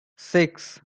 six